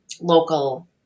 local